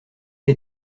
les